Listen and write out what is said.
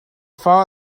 far